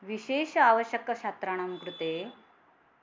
विशेष आवश्यकछात्राणां कृते